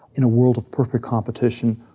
in a world of corporate competition,